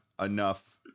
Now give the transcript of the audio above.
enough